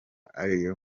ariyo